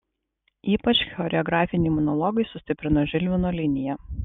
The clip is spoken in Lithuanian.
ypač choreografiniai monologai sustiprino žilvino liniją